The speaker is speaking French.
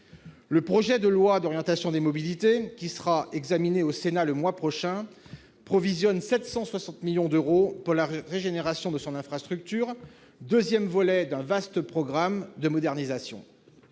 Le projet de loi d'orientation des mobilités, qui sera examiné au Sénat le mois prochain, prévoit de provisionner 760 millions d'euros pour la régénération de son infrastructure, deuxième volet d'un vaste programme de modernisation.